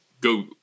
go